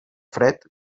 fred